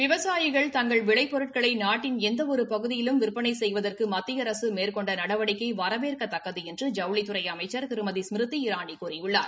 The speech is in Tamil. விவசாயிகள் தங்கள் விளைப்பொருட்களை நாட்டின் எந்த ஒரு பகுதியிலும் விற்பனை செய்வதற்கு மத்திய அரசு மேற்கொண்ட நடவடிக்கை வரவேற்கத்தக்கது என்று ஜவுளித்துறை அமைச்சர் திருமதி ஸ்மிருதி இரானி கூறியுள்ளார்